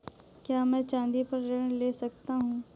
क्या मैं चाँदी पर ऋण ले सकता हूँ?